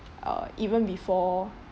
uh even before